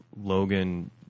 Logan